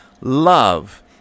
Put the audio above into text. love